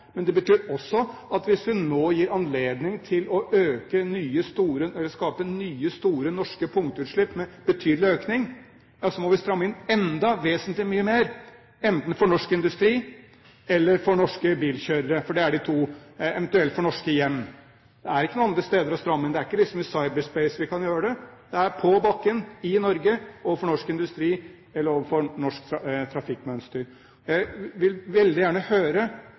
men det betyr også at hvis vi nå gir anledning til å skape nye, store norske punktutslipp med betydelig økning, må vi stramme inn vesentlig mye mer, enten for norsk industri, for norske bilkjørere eller eventuelt for norske hjem. Det er ikke noen andre steder å stramme inn. Det er ikke i cyberspace vi kan gjøre det. Det er på bakken, i Norge, overfor norsk industri eller overfor norsk trafikkmønster. Jeg vil veldig gjerne høre